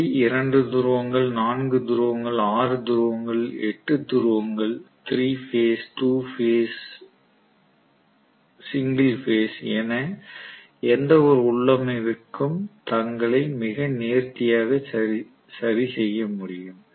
அவை 2 துருவங்கள் 4 துருவங்கள் 6 துருவங்கள் 8 துருவங்கள் 3 பேஸ் 2 பேஸ் 1 பேஸ் என எந்தவொரு உள்ளமைவுக்கும் தங்களை மிக நேர்த்தியாக சரி செய்ய முடியும்